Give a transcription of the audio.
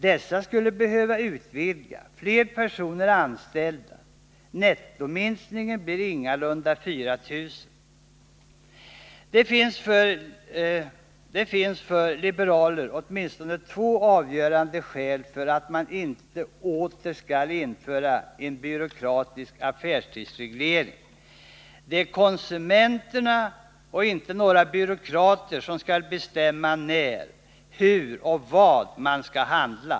Dessa skulle behöva utvidga, fler personer anställas. Nettominskningen blir ingalunda 4 000. Det finns för liberaler åtminstone två avgörande skäl för att man inte åter skall införa en byråkratisk affärstidsreglering: Det är konsumenterna och inte några byråkrater som skall bestämma när, hur och vad man skall handla.